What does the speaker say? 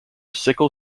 sickle